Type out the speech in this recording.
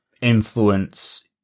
influence